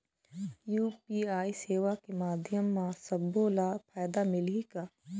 UPI सेवा के माध्यम म सब्बो ला फायदा मिलही का?